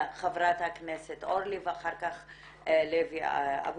חברת הכנסת אורלי לוי אבקסיס,